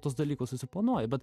tuos dalykus susiplanuoji bet